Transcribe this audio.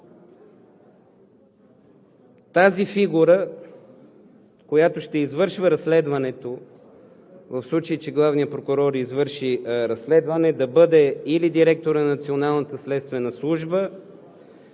тази фигура, която ще извършва разследването, в случай че главният прокурор извърши разследване – да бъде или директорът на